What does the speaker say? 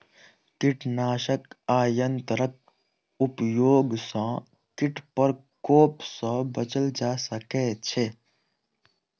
कीटनाशक आ यंत्रक उपयोग सॅ कीट प्रकोप सॅ बचल जा सकै छै